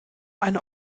eine